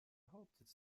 hauptsitz